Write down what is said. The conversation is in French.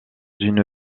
une